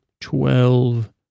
twelve